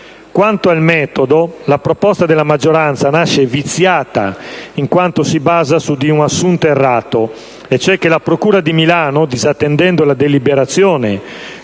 Anzitutto, la proposta della maggioranza nasce viziata in quanto si basa su di un assunto errato, e cioè che la procura di Milano, disattendendo la deliberazione